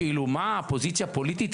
כאילו, מה, פוזיציה פוליטית?